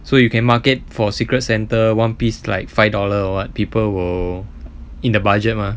so you can market for secret santa one piece like five dollar or what people will in the budget mah